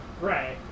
Right